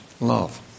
love